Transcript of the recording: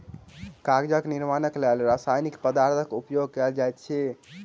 कागजक निर्माणक लेल रासायनिक पदार्थक उपयोग कयल जाइत अछि